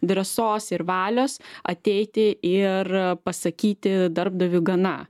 drąsos ir valios ateiti ir pasakyti darbdaviui gana